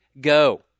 go